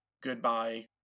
Goodbye